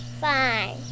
fine